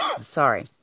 Sorry